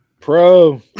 Pro